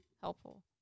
helpful